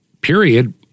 period